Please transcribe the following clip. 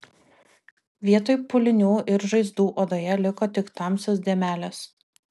vietoj pūlinių ir žaizdų odoje liko tik tamsios dėmelės